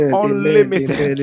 unlimited